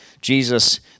Jesus